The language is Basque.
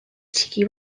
txiki